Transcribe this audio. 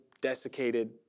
desiccated